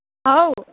हौ